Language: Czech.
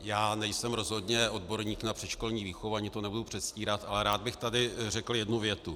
Já nejsem rozhodně odborník na předškolní výchovu a ani to nebudu předstírat, ale rád bych tady řekl jednu větu.